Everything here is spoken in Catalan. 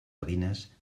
gavines